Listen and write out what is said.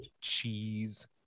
Cheese